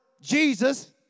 Jesus